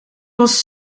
was